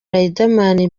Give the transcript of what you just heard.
riderman